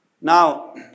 Now